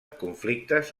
conflictes